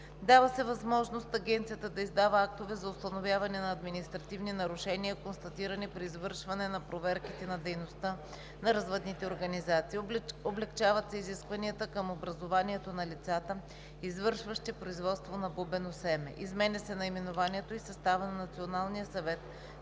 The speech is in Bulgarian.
Дава се възможност Агенцията да издава актове за установяване на административни нарушения, констатирани при извършване на проверките на дейността на развъдните организации. Облекчават се изискванията към образованието на лицата, извършващи производство на бубено семе. Изменят се наименованието и съставът на националния съвет